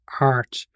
art